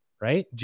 right